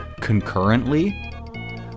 concurrently